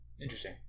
interesting